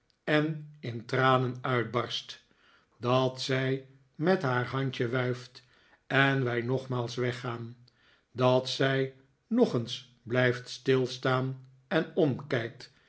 en in tranen uitbarst dat zij met haar hand je wuift en wij nogmaals weggaan dat zij nog eens blijft stilstaan en omkijkt